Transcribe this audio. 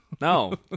no